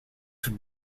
would